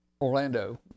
Orlando